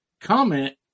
comment